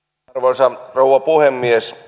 arvoisa rouva puhemies